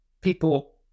people